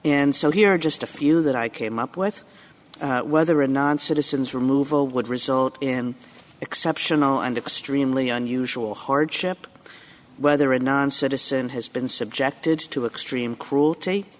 and so here are just a few that i came up with whether a non citizens removal would result in exceptional and extremely unusual hardship whether a non citizen has been subjected to extreme cruelty